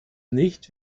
nicht